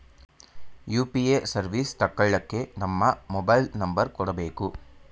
UPA service ತಕ್ಕಳ್ಳಕ್ಕೇ ನಮ್ಮ mobile number ಕೊಡಬೇಕು